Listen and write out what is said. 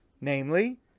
namely